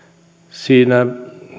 siinä